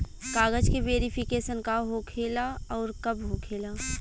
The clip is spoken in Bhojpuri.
कागज के वेरिफिकेशन का हो खेला आउर कब होखेला?